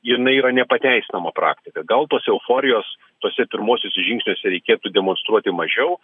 jinai yra nepateisinama praktika gal tos euforijos tuose pirmuosiuose žingsniuose reikėtų demonstruoti mažiau